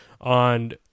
on